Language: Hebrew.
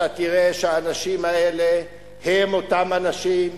אתה תראה שהאנשים האלה הם אותם אנשים שעובדים,